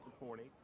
supporting